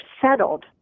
settled